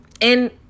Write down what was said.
And-